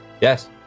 yes